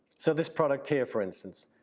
so this product here, for instance.